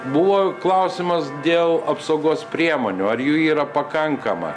buvo klausimas dėl apsaugos priemonių ar jų yra pakankama